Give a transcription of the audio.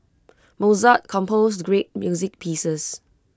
Mozart composed great music pieces